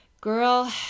Girl